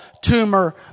tumor